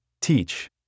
Teach